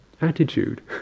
attitude